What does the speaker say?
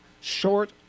short